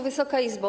Wysoka Izbo!